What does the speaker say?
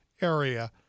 area